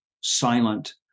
silent